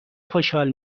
خوشحال